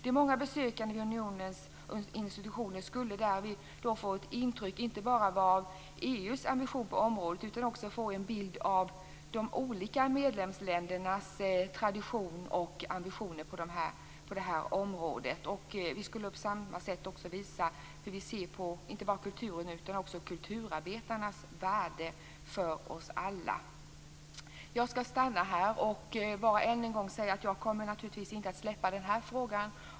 De många besökarna i unionens institutioner skulle därmed inte bara få ett intryck av EU:s ambitioner på området, utan de skulle också få en bild av de olika medlemsländernas traditioner och ambitioner på det här området. På samma sätt skulle vi inte bara visa hur vi ser på kulturen utan också på kulturarbetarnas värde för oss alla. Jag skall stanna här och bara än en gång säga att jag naturligtvis inte kommer att släppa den här frågan.